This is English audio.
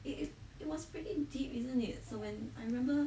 it is it was pretty deep isn't it so when I remember